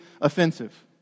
offensive